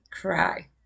Cry